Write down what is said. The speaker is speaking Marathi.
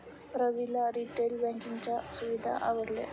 रविला रिटेल बँकिंगच्या सुविधा आवडल्या